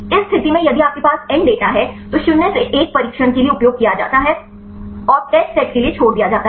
इस स्थिति में यदि आपके पास n डेटा है तो शून्य से 1 प्रशिक्षण के लिए उपयोग किया जाता है और टेस्ट सेट के लिए छोड़ दिया जाता है